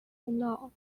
now